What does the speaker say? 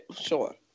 Sure